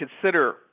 consider